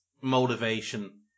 motivation